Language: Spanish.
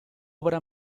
obra